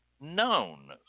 known